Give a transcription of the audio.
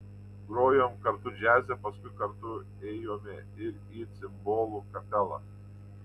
grojom kartu džiaze paskui kartu ėjome ir į cimbolų kapelą